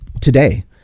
today